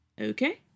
Okay